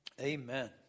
Amen